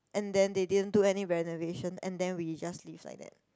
and then they didn't do any renovation and then we just live like that